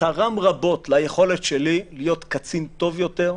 תרם רבות ליכולת שלי להיות קצין טוב יותר,